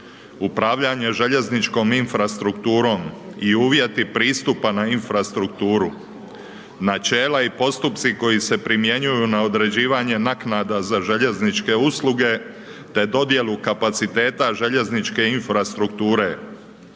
upravljanje željezničkom infrastrukturom i uvjeti pristupa na infrastrukturu, načela i postupci koji se primjenjuju na određivanje naknada za željezničke usluge te dodjelu kapaciteta željezničke infrastrukture.